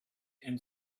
and